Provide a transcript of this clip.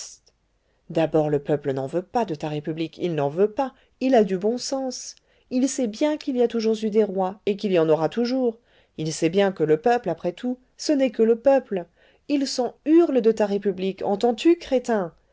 d'abord le peuple n'en veut pas de ta république il n'en veut pas il a du bon sens il sait bien qu'il y a toujours eu des rois et qu'il y en aura toujours il sait bien que le peuple après tout ce n'est que le peuple il s'en hurle de ta république entends-tu crétin